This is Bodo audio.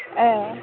ए